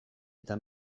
eta